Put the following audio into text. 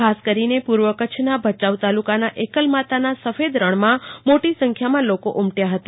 ખાસ કરીને પૂર્વ કચ્છનાં ભચાઉ તાલુકાનાં એકલમાતાના સફેદરજ્યાં મોટી સંખ્યામાં લોકો ઉમટવા હતા